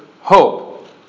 hope